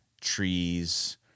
trees